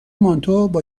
مانتو، با